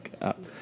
up